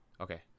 Okay